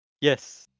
Yes